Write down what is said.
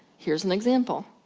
here's an example,